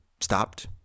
stopped